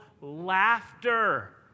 laughter